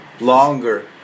longer